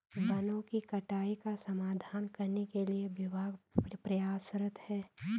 वनों की कटाई का समाधान करने के लिए विभाग प्रयासरत है